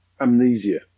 amnesia